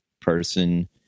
person